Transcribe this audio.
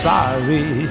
Sorry